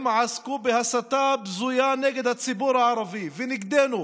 הם עסקו בהסתה בזויה נגד הציבור הערבי ונגדנו,